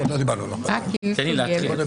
בבקשה.